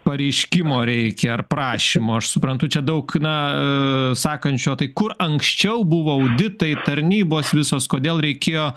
pareiškimo reikia ar prašymo aš suprantu čia daug na sakančio tai kur anksčiau buvo auditai tarnybos visos kodėl reikėjo